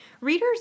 readers